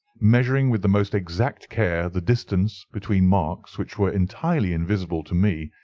measuring with the most exact care the distance between marks which were entirely invisible to me,